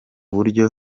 buryo